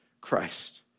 Christ